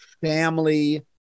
family